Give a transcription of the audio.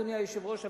אדוני היושב-ראש,